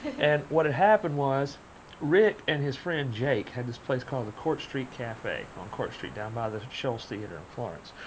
and what had happened was rick and his friend, jake, had this place called the court street cafe on court street down by the shoals theater in florence.